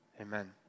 amen